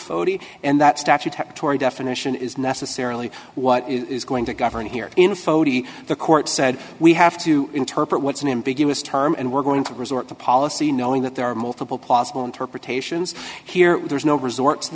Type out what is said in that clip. foti and that statutory definition is necessarily what is going to govern here in foti the court said we have to interpret what's an ambiguous term and we're going to resort to policy knowing that there are multiple possible interpretations here there's no resort to